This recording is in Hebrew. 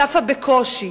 צפה בקושי,